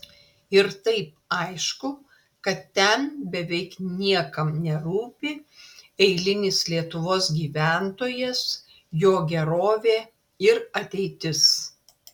ir taip aišku kad ten beveik niekam nerūpi eilinis lietuvos gyventojas jo gerovė ir ateitis